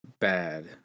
bad